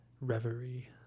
Reverie